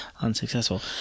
unsuccessful